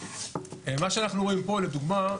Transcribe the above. מה שאנחנו רואים פה לדוגמה,